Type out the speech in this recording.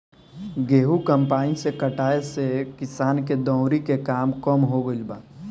गेंहू कम्पाईन से कटाए से किसान के दौवरी के काम कम हो गईल बा